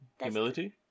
Humility